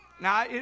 Now